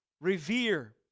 revere